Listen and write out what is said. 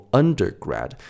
undergrad